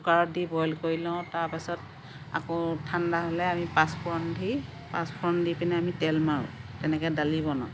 কুকাৰত দি বইল কৰি লওঁ তাৰ পাছত আকৌ ঠাণ্ডা হ'লে আমি পাঁচফূৰণ দি পাঁচফূৰণ দি পিনি আমি তেল মাৰোঁ তেনেকৈ দালি বনাওঁ